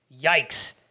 Yikes